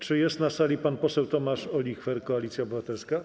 Czy jest na sali pan poseł Tomasz Olichwer, Koalicja Obywatelska?